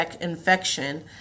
infection